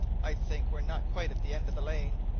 i think we're not quite at the end of the lane,